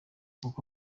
uko